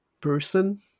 person